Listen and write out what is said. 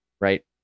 Right